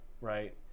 right